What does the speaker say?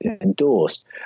endorsed